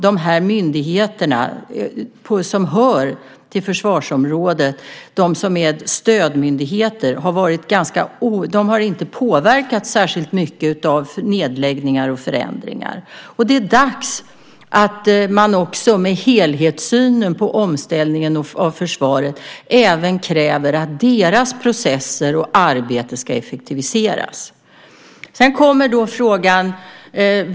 De myndigheter som hör till försvarsområdet och är stödmyndigheter har inte påverkats särskilt mycket av nedläggningar och förändringar. Det är dags att man med helhetssynen på omställningen av försvaret även kräver att deras processer och arbete ska effektiviseras.